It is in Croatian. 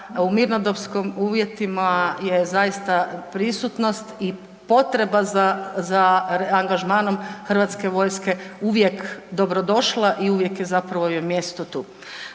u mirnodopskim uvjetima je zaista prisutnost i potreba za angažmanom hrvatske vojske uvijek dobrodošla i uvijek zapravo joj mjesto tu.